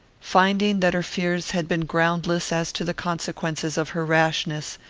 finding that her fears had been groundless as to the consequences of her rashness,